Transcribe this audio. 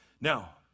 Now